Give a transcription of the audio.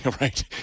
Right